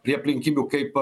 prie aplinkybių kaip